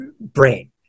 brain